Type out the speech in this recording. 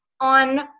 on